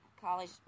college